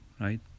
right